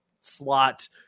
slot